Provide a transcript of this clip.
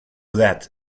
that